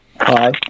hi